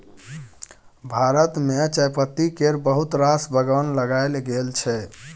भारत मे चायपत्ती केर बहुत रास बगान लगाएल गेल छै